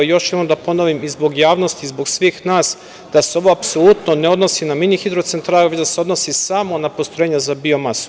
Još jednom da ponovim zbog javnosti i zbog svih nas, da se ovo apsolutno ne odnosi na mini hidrocentrale, već da se odnosi samo na postrojenja za biomasu.